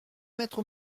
mettre